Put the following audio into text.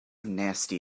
nasty